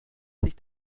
sich